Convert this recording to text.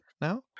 now